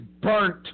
burnt